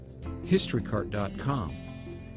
historycart.com